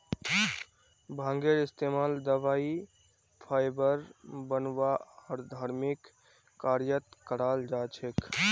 भांगेर इस्तमाल दवाई फाइबर बनव्वा आर धर्मिक कार्यत कराल जा छेक